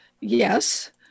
Yes